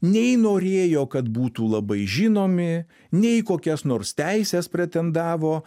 nei norėjo kad būtų labai žinomi nei į kokias nors teises pretendavo